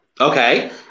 Okay